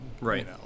Right